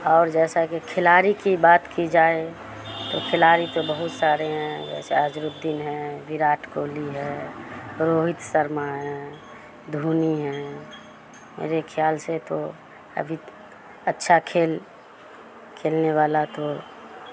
اور جیسا کہ کھلاڑی کی بات کی جائے تو کھلاڑی تو بہت سارے ہیں جیسے اجربدین ہیں وراٹ کوہلی ہے روہت سرما ہیں دھونی ہیں میرے خیال سے تو ابھی اچھا کھیل کھیلنے والا تو